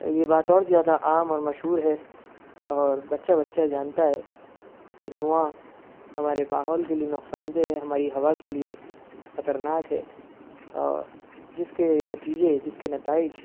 یہ بات اور زیادہ عام اور مشہور ہے اور بچہ بچہ جانتا ہے کہ دھواں ہمارے ماحول کے لیے نقصان دہ ہے ہماری ہَوا کے لیے خطرناک ہے اور جس کے نتیجے جس کے نتائج